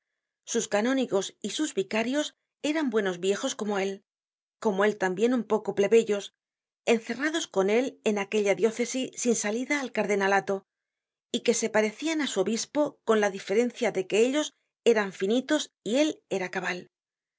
sus canónigos y sus vicarios eran buenos viejos como él como él también un poco plebeyos encerrados con él en aquella diócesi sin salida al cardenalato y que se parecian á su obispo con la diferencia de que ellos eran finitos y él era cabal se